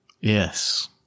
Yes